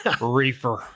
Reefer